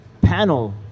panel